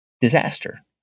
disaster